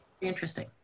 Interesting